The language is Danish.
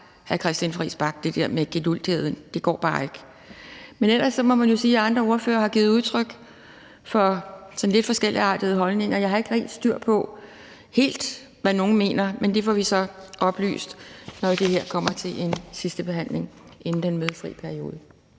hr. Christian Friis Bach. Det går bare ikke! Men ellers må man jo sige, at andre ordførere har givet udtryk for sådan lidt forskelligartede holdninger. Jeg har ikke rigtig helt styr på, hvad nogle mener, men det får vi så oplyst, når det her kommer til en sidste behandling inden den mødefri periode.